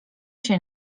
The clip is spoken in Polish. się